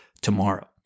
tomorrow